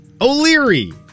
O'Leary